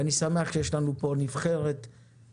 אני שמח שיש לנו פה נבחרת חוצת-מפלגות,